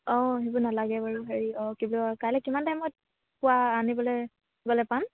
অঁ সেইবোৰ নালাগে বাৰু হেৰি অঁ কি বুলি কয় কাইলৈ কিমান টাইমত পোৱা আনিবলৈ গ'লে পাম